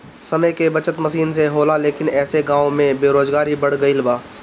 समय के बचत मसीन से होला लेकिन ऐसे गाँव में बेरोजगारी बढ़ गइल बा